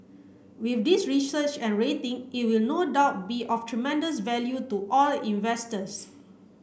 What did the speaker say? with this research and rating it will no doubt be of tremendous value to all investors